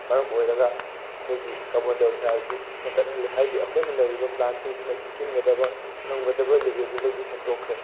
ꯃꯔꯝ ꯑꯣꯏꯔꯒ ꯑꯩꯈꯣꯏꯒꯤ ꯀꯥꯔꯕꯣꯟ ꯗꯥꯏ ꯑꯣꯛꯁꯥꯏꯠ ꯑꯁꯤ ꯍꯦꯟꯒꯠꯍꯜꯂꯤ ꯍꯥꯏꯗꯤ ꯑꯩꯈꯣꯏꯅ ꯂꯩꯔꯤꯕ ꯄ꯭ꯂꯥꯟꯁꯤꯡꯁꯤꯅ ꯆꯨꯞꯁꯤꯟꯒꯗꯕ ꯉꯝꯒꯗꯕ ꯂꯦꯕꯦꯜꯗꯨꯗꯒꯤ ꯍꯦꯟꯇꯣꯛꯈ꯭ꯔꯦ